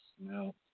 no